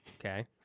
Okay